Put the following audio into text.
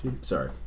Sorry